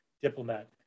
diplomat